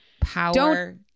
Power